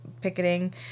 picketing